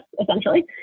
essentially